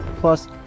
plus